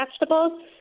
vegetables